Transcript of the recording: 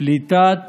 פליטת